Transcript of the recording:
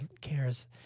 cares